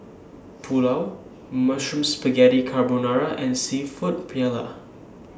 Pulao Mushroom Spaghetti Carbonara and Seafood Paella